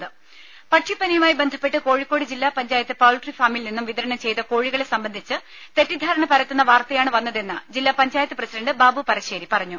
രുര പക്ഷിപ്പനിയുമായി ബന്ധപ്പെട്ട് കോഴിക്കോട് ജില്ലാ പഞ്ചായത്ത് പൌൾട്രി ഫാമിൽനിന്നും വിതരണം ചെയ്ത കോഴികളെ സംബന്ധിച്ച് തെറ്റിദ്ധാരണ പരത്തുന്ന വാർത്തയാണ് വന്നതെന്ന് ജില്ലാ പഞ്ചായത്ത് പ്രസിഡന്റ് ബാബു പറശ്ശേരി പറഞ്ഞു